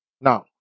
now